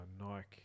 Nike